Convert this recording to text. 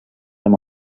amb